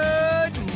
Good